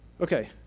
Okay